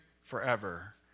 forever